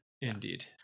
indeed